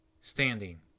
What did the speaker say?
standing